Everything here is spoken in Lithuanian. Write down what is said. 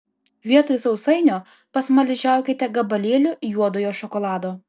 vietoj sausainio pasmaližiaukite gabalėliu juodojo šokolado